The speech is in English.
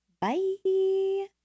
Bye